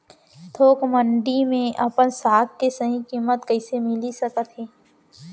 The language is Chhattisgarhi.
थोक मंडी में अपन साग के सही किम्मत कइसे मिलिस सकत हे?